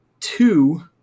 two